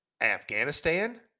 Afghanistan